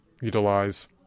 utilize